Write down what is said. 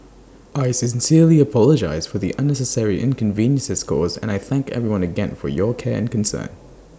I sincerely apologise for the unnecessary inconveniences caused and I thank everyone again for your care and concern